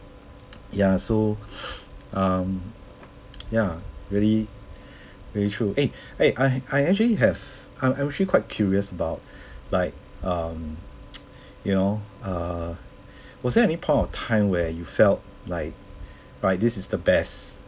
ya so um ya really really true eh eh I I actually have I I'm actually quite curious about like um you know err was there any point of time where you felt like right this is the best